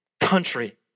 country